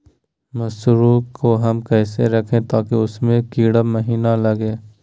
मसूर को हम कैसे रखे ताकि उसमे कीड़ा महिना लगे?